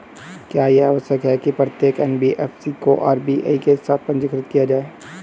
क्या यह आवश्यक है कि प्रत्येक एन.बी.एफ.सी को आर.बी.आई के साथ पंजीकृत किया जाए?